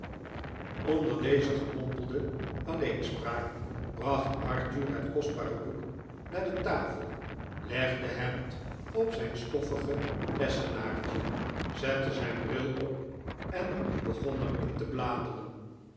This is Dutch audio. onder deze gemompelde alleenspraak bracht arthur het kostbare boek naar de tafel legde het op zijn stoffige lessenaartje zette zijn bril op en begon er in te bladeren